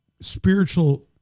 spiritual